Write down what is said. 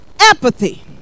apathy